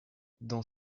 dans